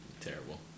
terrible